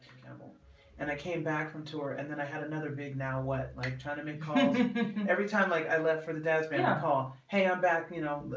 and and i came back from tour and then i had another big now what like trying to make calls, every time like i left for the dads been ah call, hey i'm back you know?